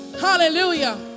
Hallelujah